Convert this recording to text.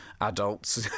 adults